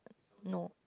no